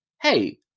hey